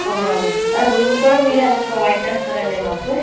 అన్నింటికి రూమ్ కూడా మీరు ప్రొవైడ్ చేస్తారా అండి మాకు